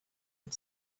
had